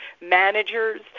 managers